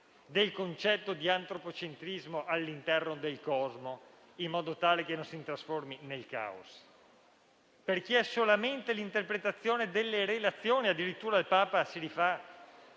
del concetto di antropocentrismo all'interno del cosmo, in modo tale che non si trasformi in caos. È infatti solamente l'interpretazione delle relazioni. Addirittura il Papa richiama